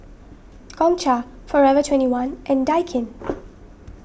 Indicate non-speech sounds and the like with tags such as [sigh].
Gongcha forever twenty one and Daikin [noise]